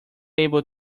able